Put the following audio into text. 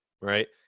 right